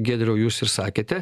giedriau jūs ir sakėte